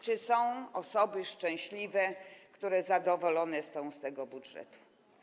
Czy są osoby szczęśliwe, zadowolone z tego budżetu?